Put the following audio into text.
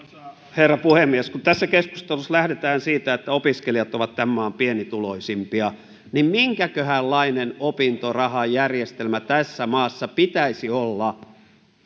herra puhemies kun tässä keskustelussa lähdetään siitä että opiskelijat ovat tämän maan pienituloisimpia niin minkäköhänlainen opintorahajärjestelmä tässä maassa pitäisi olla